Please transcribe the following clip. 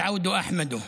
והחזרה טובה".